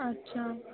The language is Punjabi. ਅੱਛਾ